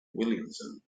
williamson